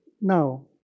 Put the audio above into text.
now